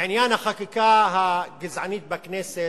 בעניין החקיקה הגזענית בכנסת,